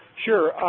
sure,